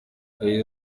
yagize